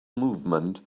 movement